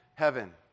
heaven